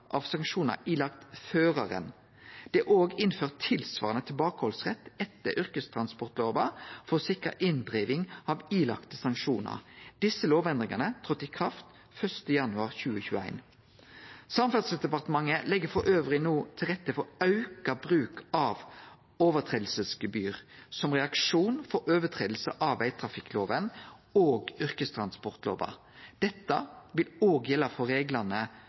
av sanksjonar ilagde føraren. Det er òg innført tilsvarande tilbakehaldsrett etter yrkestransportlova for å sikre inndriving av ilagde sanksjonar. Desse lovendringane tredde i kraft 1. januar 2021. Samferdselsdepartementet legg elles no til rette for auka bruk av brotsgebyr som reaksjon på brot på vegtrafikklova og yrkestransportlova. Dette vil òg gjelde for reglane